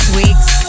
weeks